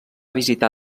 visitar